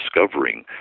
discovering